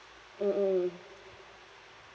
mm mm